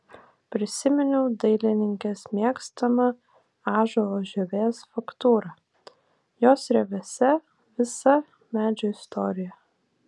prisiminiau dailininkės mėgstamą ąžuolo žievės faktūrą jos rievėse visa medžio istorija